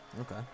Okay